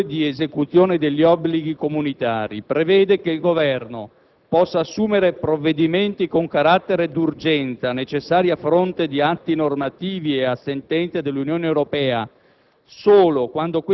e sulle procedure di esecuzione degli obblighi comunitari, prevede che il Governo possa assumere provvedimenti con carattere d'urgenza necessari a fronte di atti normativi e a sentenze dell'Unione Europea,